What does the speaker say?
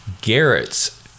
Garrett's